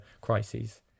crises